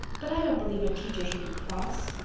but i don't believe a teacher should be cross.